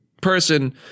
person